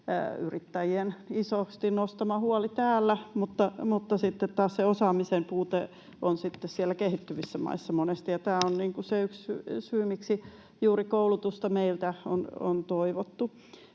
yrittäjien isosti nostama huoli täällä, mutta sitten taas se osaamisen puute on siellä kehittyvissä maissa monesti, ja tämä on yksi syy, miksi juuri koulutusta meiltä on toivottu.